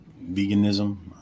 veganism